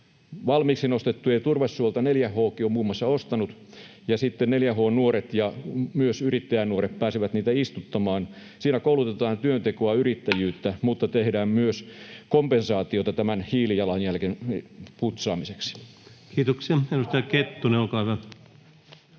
valmiiksi nostettua turvesuota 4H:kin on muun muassa ostanut, ja sitten 4H:n nuoret ja myös yrittäjänuoret pääsevät niitä istuttamaan. Siinä koulutetaan työntekoa ja yrittäjyyttä mutta tehdään myös kompensaatiota tämän hiilijalanjäljen putsaamiseksi. [Speech 163] Speaker: